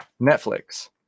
Netflix